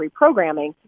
reprogramming